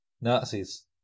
Nazis